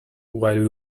while